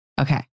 Okay